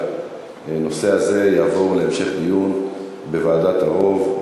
שהנושא הזה יעבור להמשך דיון בוועדת ערו"ב.